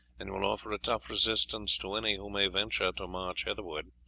and will offer a tough resistance to any who may venture to march hitherward,